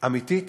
אמיתית